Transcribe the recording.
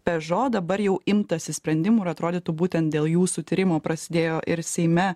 peugeot dabar jau imtasi sprendimų ir atrodytų būtent dėl jūsų tyrimo prasidėjo ir seime